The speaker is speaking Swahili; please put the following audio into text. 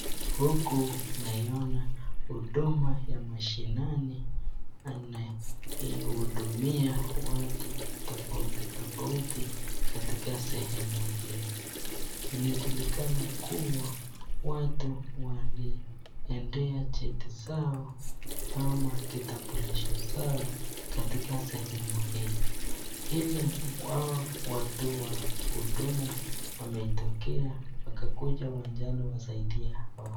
Huku naiona huduma ya mashinani, anaye hudumia watu tofauti tofauti katika sehemu hii. Inajulikana kuwa watu waliendea cheti zao ama kitambulisho zao katika sehemu hii ili hawa watu wa huduma wametokea wakakuja uwanjani wasaidie watu.